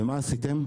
ומה עשיתם?